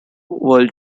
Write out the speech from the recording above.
world